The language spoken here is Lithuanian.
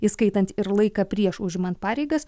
įskaitant ir laiką prieš užimant pareigas